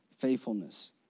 faithfulness